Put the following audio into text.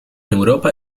europa